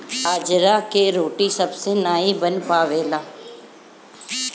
बाजरा के रोटी सबसे नाई बन पावेला